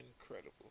Incredible